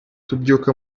tubyuka